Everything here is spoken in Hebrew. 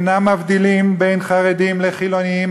אינם מבדילים בין חרדים לחילונים,